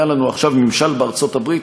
שהיה לנו עכשיו ממשל בארצות-הברית,